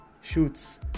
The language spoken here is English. Shoots